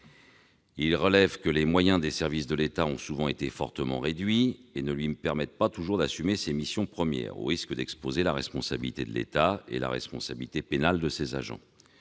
Il « relève que les moyens des services de l'État ont souvent été fortement réduits et ne lui permettent pas toujours d'assumer ses missions premières, au risque d'exposer la responsabilité de l'État et la responsabilité pénale de ses agents